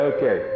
Okay